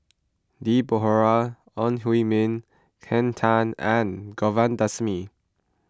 Deborah Ong Hui Min Henn Tan and Govindasamy